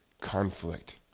conflict